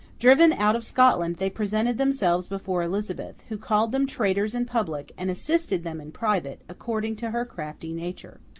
driven out of scotland, they presented themselves before elizabeth who called them traitors in public, and assisted them in private, according to her crafty nature.